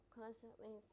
constantly